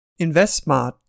InvestSmart